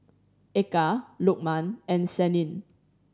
Eka Lukman and Senin